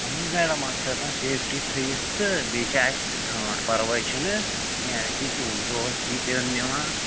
اَہن حظ میڈم اَتھ چھِ آسان سیفٹی تھٲیِتھ تہٕ بیٚیہِ چھِ اَسہِ تہِ ژرٛانٛٹھ پَرواے چھُنہٕ کیٚنٛہہ اَسے چھِ دۄہس ییٖتہِ ہن نِوان